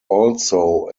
also